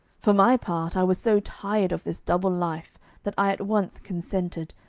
for my part, i was so tired of this double life that i at once consented,